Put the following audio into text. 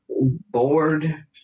Bored